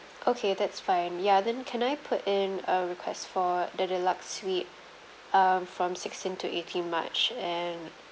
okay that's fine ya then can I put in a request for the deluxe suite um from sixteen to eighteen march and